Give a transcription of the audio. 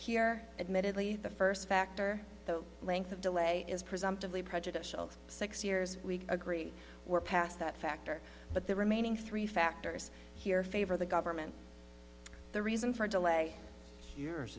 here admittedly the first factor the length of delay is presumptively prejudicial to six years we agree we're past that factor but the remaining three factors here favor the government the reason for delay yours